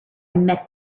met